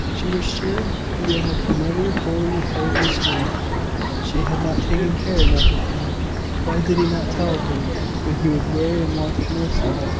she was sure he had never fully recovered his strength she had not taken care enough of him why did he not tell her when he was weary and wanted nursing?